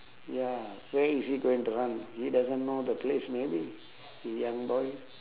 ya where is he going to run he doesn't know the place maybe he young boy